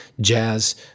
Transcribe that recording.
jazz